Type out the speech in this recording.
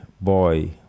boy